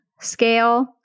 scale